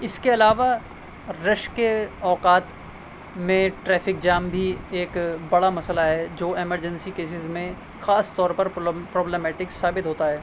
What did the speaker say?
اس کے علاوہ رشک اوقات میں ٹریفک جام بھی ایک بڑا مسئلہ ہے جو ایمرجنسی کیسز میں خاص طور پر پرابلمیٹکس ثابت ہوتا ہے